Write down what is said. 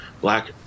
black